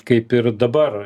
kaip ir dabar